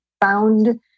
found